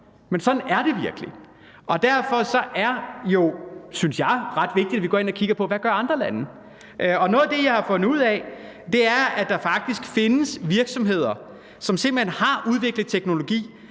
men sådan er det virkelig. Derfor er det, synes jeg, jo ret vigtigt, at vi går ind og kigger på, hvad andre lande gør. Noget af det, jeg har fundet ud af, er, at der faktisk findes virksomheder, som simpelt hen har udviklet teknologi,